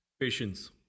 Patience